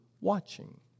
watching